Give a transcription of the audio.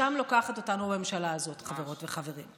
לשם לוקחת אותנו הממשלה הזו, חברות וחברים.